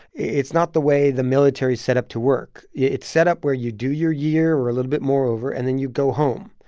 it's not the way the military's set up to work. it's set up where you do your year or a little bit more over, and then you go home.